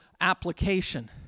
application